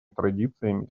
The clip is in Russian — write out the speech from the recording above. традициями